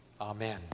Amen